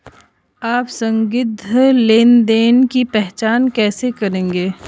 आप संदिग्ध लेनदेन की पहचान कैसे करेंगे?